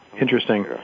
Interesting